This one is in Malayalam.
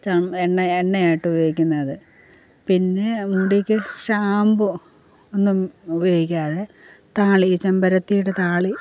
എണ്ണ എണ്ണയായിട്ട് ഉപയോഗിക്കുന്നത് പിന്നെ മുടിക്ക് ഷാംപൂ ഒന്നും ഉപയോഗിക്കാതെ താളി ചെമ്പരത്തിയുടെ താളി